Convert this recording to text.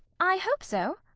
i hope so.